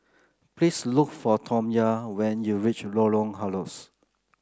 please look for Tamya when you reach Lorong Halus